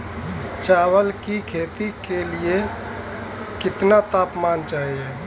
चावल की खेती के लिए कितना तापमान चाहिए?